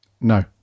No